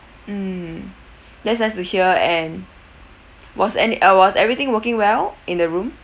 mm that's nice to hear and was and uh was everything working well in the room